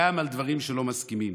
גם על דברים שלא מסכימים,